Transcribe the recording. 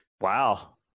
Wow